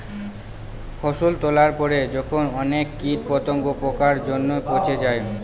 ফসল তোলার পরে যখন অনেক কীট পতঙ্গ, পোকার জন্য পচে যায়